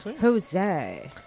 Jose